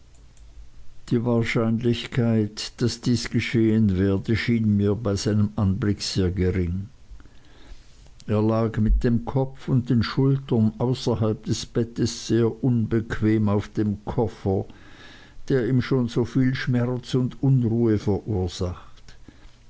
die wahrscheinlichkeit daß dies geschehen werde schien mir bei seinem anblick sehr gering er lag mit dem kopf und den schultern außerhalb des bettes sehr unbequem auf dem koffer der ihm schon so viel schmerz und unruhe verursacht